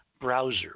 browser